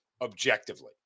objectively